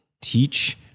teach